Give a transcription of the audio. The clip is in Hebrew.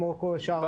כמו שאר העולם.